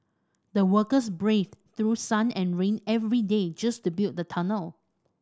the workers braved through sun and rain every day just to build the tunnel